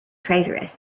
traitorous